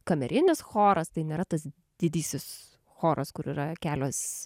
kamerinis choras tai nėra tas didysis choras kur yra kelios